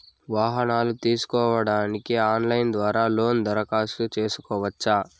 వాహనాలు తీసుకోడానికి ఆన్లైన్ ద్వారా లోను దరఖాస్తు సేసుకోవచ్చా?